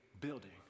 building